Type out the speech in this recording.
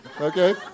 okay